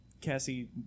Cassie